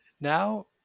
now